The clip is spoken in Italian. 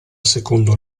secondo